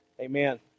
Amen